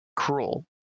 cruel